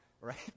right